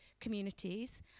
communities